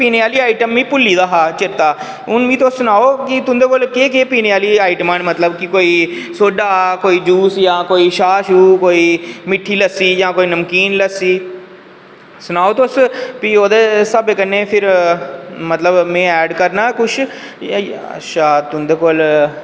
पीने आह्ली आईटम ऐ मिगी भुल्ली दा हा चेता हून मिगी तुस सनाओ कि तुंदे कोल केह् केह् पीने आह्लियां आइटमां न मतलब कि कोई सोडा जां कोई जूस जां कोई छाह् कोई मिट्ठी लस्सी जां कोई नमकीन ते सनाओ तुस भी ओह्दे स्हाबै कन्नै फिर मतलब में एड करना कुछ ते अच्छा तुंदे कोल